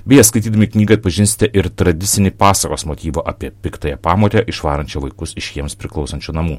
beje skaitydami knygą atpažinsite ir tradicinį pasakos motyvą apie piktąją pamotę išvarančią vaikus iš jiems priklausančių namų